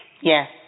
Yes